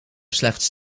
slechts